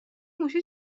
موشه